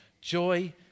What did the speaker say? joy